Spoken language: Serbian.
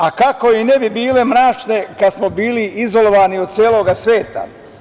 A kako i ne bi bile mračne, kada smo bili izolovani od celoga sveta.